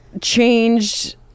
changed